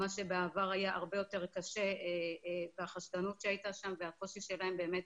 מה שבעבר היה הרבה יותר קשה והחשדנות שהייתה שם והקושי שלהם באמת